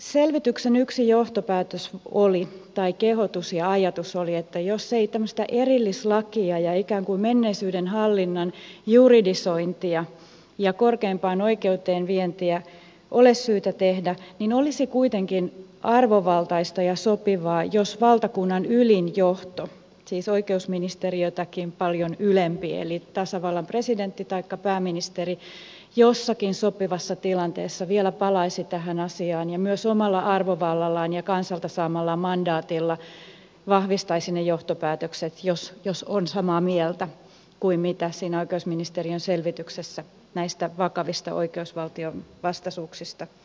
selvityksen yksi johtopäätös tai kehotus ja ajatus oli että jos ei tämmöistä erillislakia ja ikään kuin menneisyyden hallinnan juridisointia ja korkeimpaan oikeuteen vientiä ole syytä tehdä niin olisi kuitenkin arvovaltaista ja sopivaa jos valtakunnan ylin johto siis oikeusministeriötäkin paljon ylempi eli tasavallan presidentti taikka pääministeri jossakin sopivassa tilanteessa vielä palaisi tähän asiaan ja myös omalla arvovallallaan ja kansalta saadulla mandaatillaan vahvistaisi ne johtopäätökset jos on samaa mieltä kuin mitä siinä oikeusministeriön selvityksessä näistä vakavista oikeusvaltion vastaisuuksista todettiin